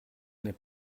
n’est